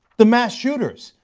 the mass shooters.